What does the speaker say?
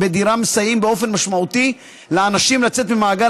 מסייעים באופן משמעותי לאנשים לצאת ממעגל